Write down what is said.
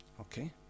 Okay